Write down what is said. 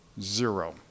zero